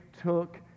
took